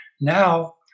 Now